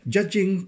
Judging